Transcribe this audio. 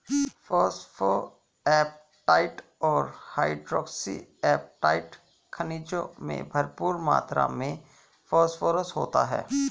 phosphoapatite और hydroxy apatite खनिजों में भरपूर मात्र में फोस्फोरस होता है